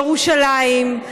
ירושלים,